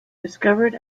discovered